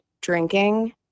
drinking